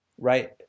right